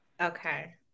Okay